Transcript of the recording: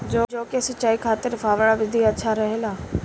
जौ के सिंचाई खातिर फव्वारा विधि अच्छा रहेला?